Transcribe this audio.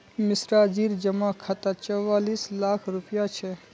मिश्राजीर जमा खातात चौवालिस लाख रुपया छ